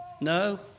No